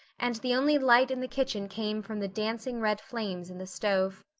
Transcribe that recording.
and the only light in the kitchen came from the dancing red flames in the stove.